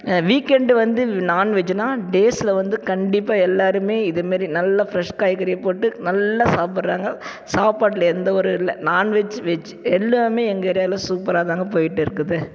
weekend வந்து நான்வெஜ்னால் டேஸில் வந்து கண்டிப்பாக எல்லோருமே இதுமாரி நல்லா ஃபிரெஷ் காய்கறியை போட்டு நல்லா சாப்பிட்றாங்க சாப்பாட்டில் எந்த ஒரு இல்லை நான்வெஜ் வெஜ் எல்லாமே எங்கள் ஏரியாவில் சூப்பராக தாங்க போயிட்டு இருக்குது